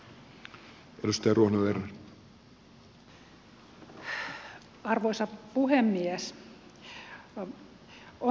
arvoisa puhemies